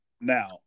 now